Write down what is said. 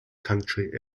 country